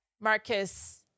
Marcus